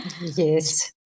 Yes